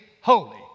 holy